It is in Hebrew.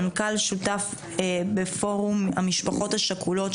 מנכ"ל שותף בפורום המשפחות השכולות,